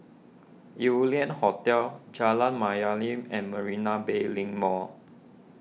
Yew Lian Hotel Jalan Mayaanam and Marina Bay Link Mall